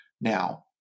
Now